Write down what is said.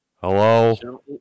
Hello